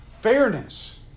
fairness